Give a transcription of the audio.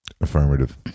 Affirmative